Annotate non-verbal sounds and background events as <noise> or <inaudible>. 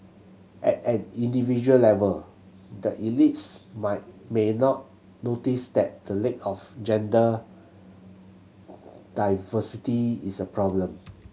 at an individual level the elites my may not notice that the lack of gender diversity <noise> is a problem